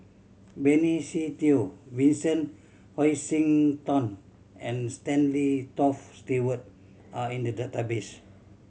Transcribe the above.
Benny Se Teo Vincent Hoisington and Stanley Toft Stewart are in the database